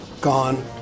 Gone